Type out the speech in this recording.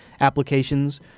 applications